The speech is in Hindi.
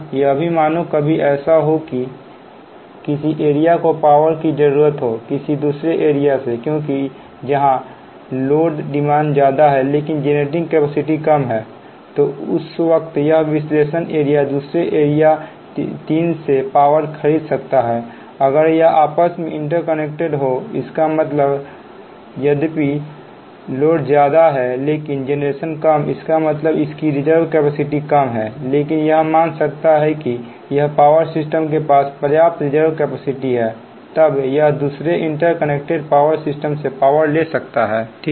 यहां भी मानो कभी ऐसा हो किस एरिया को पावर की जरूरत हो किसी दूसरे एरिया से क्योंकि यहां लोड डिमांड ज्यादा है लेकिन जेनरेटिंग कैपेसिटी कम है तो उस वक्त यह विशेष एरिया दूसरे एरिया 3 से पावर खरीद सकता है अगर यह आपस में इंटरकनेक्टेड हो इसका मतलब यद्यपि लोड ज्यादा है लेकिन जेनरेशन कम इसका मतलब इसकी रिजर्व कैपेसिटी कम है लेकिन यह मान सकता है कि यह पावर सिस्टम के पास पर्याप्त रिजर्व कैपेसिटी है तब यह दूसरे इंटरकनेक्टेड पावर सिस्टम से पावर ले सकता है